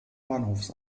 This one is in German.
bahnhofs